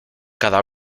cada